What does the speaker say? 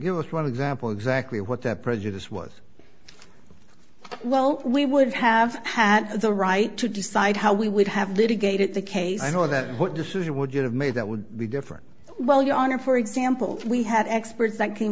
are one example exactly what that prejudice was well we would have had the right to decide how we would have litigated the case or that what decision would you have made that would be different well your honor for example we had experts that came